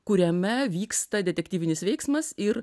kuriame vyksta detektyvinis veiksmas ir